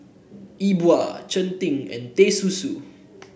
E Bua Cheng Tng and Teh Susu